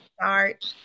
start